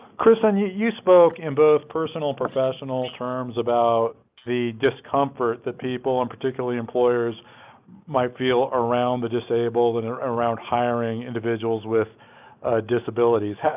kristin, you you spoke in both personal, professional terms about the discomfort that people and particularly employers might feel around the disabled and around hiring individuals with disabilities,